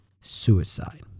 suicide